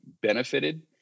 benefited